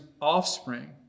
offspring